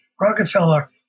Rockefeller